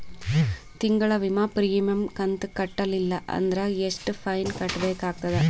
ತಿಂಗಳ ವಿಮಾ ಪ್ರೀಮಿಯಂ ಕಂತ ಕಟ್ಟಲಿಲ್ಲ ಅಂದ್ರ ಎಷ್ಟ ಫೈನ ಕಟ್ಟಬೇಕಾಗತದ?